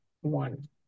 one